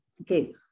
okay